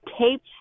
tapes